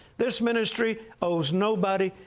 this ministry owes nobody.